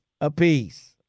apiece